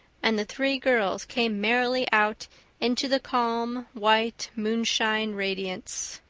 and the three girls came merrily out into the calm, white moonshine radiance.